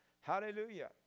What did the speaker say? Hallelujah